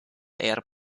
air